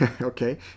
okay